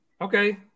Okay